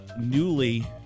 newly